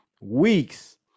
weeks